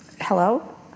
Hello